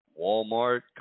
Walmart